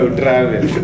travel